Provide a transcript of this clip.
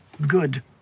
good